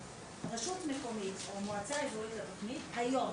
כשרשות מקומית או מועצה אזורית נכנסת לתוכנית היום,